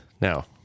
Now